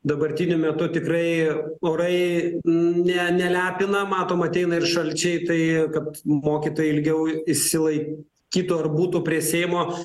dabartiniu metu tikrai orai ne nelepina matom ateina ir šalčiai tai kad mokytojai ilgiau išsilaikytų ar būtų prie seimo